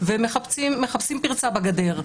ומחפשים פרצה בגדר.